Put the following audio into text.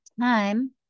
time